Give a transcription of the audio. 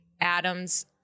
Adam's